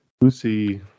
Lucy